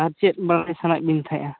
ᱟᱨ ᱪᱮᱫ ᱵᱟᱲᱟᱭ ᱥᱟᱱᱟᱭᱮᱫ ᱵᱮᱱ ᱛᱟᱦᱮᱱᱟ